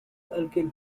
alkyl